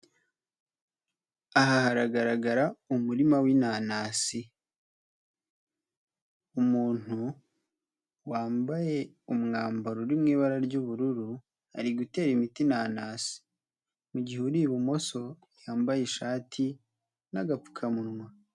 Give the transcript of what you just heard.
Aha haragaragara umurima w'inanasi, umuntu wambaye umwambaro uri mu ibara ry'ubururu ari gutera imiti inanasi, mu gihe uri ibumoso yambaye ishati n'agapfukamunwa.